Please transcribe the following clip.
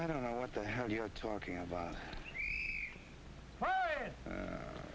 i don't know what the hell you're talking about